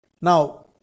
Now